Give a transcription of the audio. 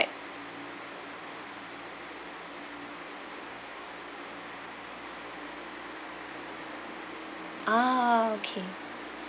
a'ah okay